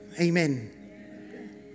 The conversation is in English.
Amen